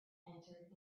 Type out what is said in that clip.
entered